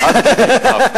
עד כדי כך.